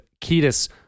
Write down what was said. ketis